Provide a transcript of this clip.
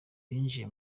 binjiye